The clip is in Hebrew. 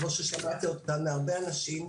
כמו ששמעתי כאן מהרבה אנשים,